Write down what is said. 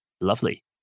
lovely